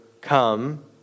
come